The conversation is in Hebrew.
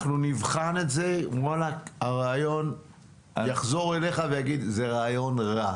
תבחנו את זה ותחזרו ותגידו שזה רעיון רע,